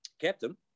captain